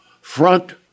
front